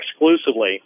exclusively –